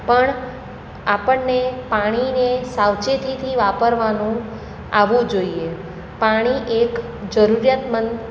પણ આપણને પાણીને સાવચેતીથી વાપરવાનું આવડવું જોઈએ પાણી એક જરૂરિયાતમંદ